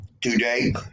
Today